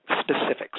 specifics